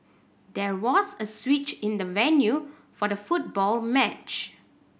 there was a switch in the venue for the football match